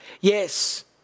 Yes